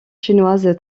chinoise